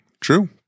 true